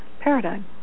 paradigm